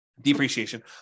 Depreciation